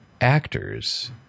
actors